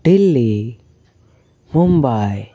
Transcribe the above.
Delhi Mumbai